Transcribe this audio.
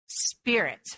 spirit